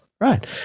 Right